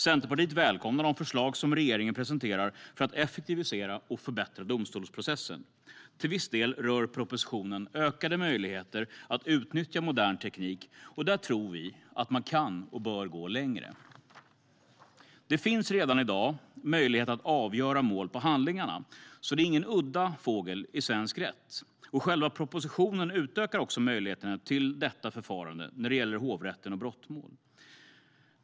Centerpartiet välkomnar de förslag som regeringen presenterar för att effektivisera och förbättra domstolsprocessen. Till viss del rör propositionen ökade möjligheter att utnyttja modern teknik. Där tror vi att man kan och bör gå längre. Det finns redan i dag möjlighet att avgöra mål på handlingarna, så det är ingen udda fågel i svensk rätt. Genom propositionen utökas också möjligheten till detta förfarande när det gäller hovrätten och brottmål.